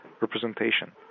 representation